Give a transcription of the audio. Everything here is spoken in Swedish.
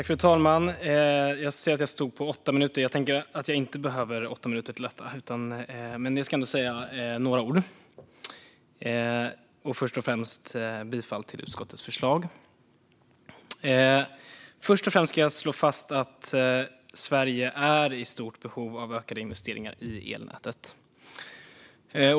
Fru talman! Jag ser att jag har skrivit upp mig för ett anförande om åtta minuter. Jag tror inte att jag behöver så mycket, men jag ska ändå säga några ord. Jag vill inleda med att yrka bifall till utskottets förslag. Först och främst vill jag slå fast att Sverige är i stort behov av ökade investeringar i elnätet.